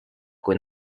kui